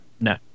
No